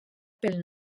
pel